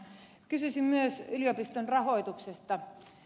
kysyisin myös yliopiston rahoituksesta